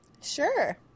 Sure